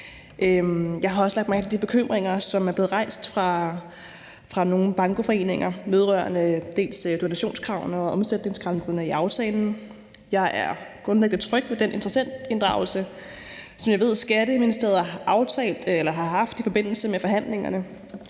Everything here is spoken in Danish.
Jeg har også lagt mærke til bekymringer, som er blevet rejst af nogle bankoforeninger vedrørende donationskravene og omsætningsgrænserne i aftalen. Jeg er grundlæggende tryg ved den interessentinddragelse, som jeg ved at Skatteministeriet har haft i forbindelse med forhandlingerne,